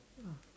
!wah!